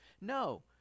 no